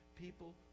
people